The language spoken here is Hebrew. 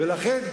ולכן,